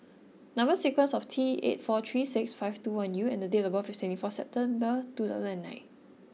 Number sequence is T eight four three six five two one U and date of birth is twenty four September two thousand and nine